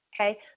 Okay